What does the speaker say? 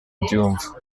ndyumva